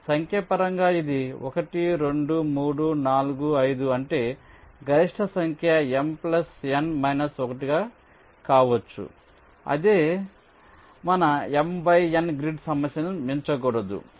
సంఖ్య ప్రకారం ఇది 1 2 3 4 5 అంటే గరిష్ట సంఖ్య M N 1 కావచ్చు అదే అది మన M బై N గ్రిడ్ సమస్యను మించకూడదు